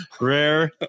rare